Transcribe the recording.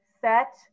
set